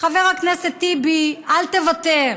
חבר הכנסת טיבי, אל תוותר,